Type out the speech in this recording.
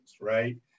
right